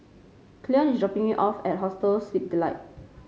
Cleon is dropping me off at Hostel Sleep Delight